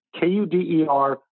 K-U-D-E-R